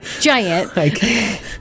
Giant